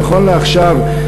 נכון לעכשיו,